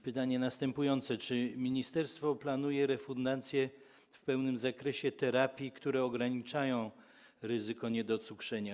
Pytanie jest następujące: Czy ministerstwo planuje refundację w pełnym zakresie terapii, które ograniczają ryzyko niedocukrzenia?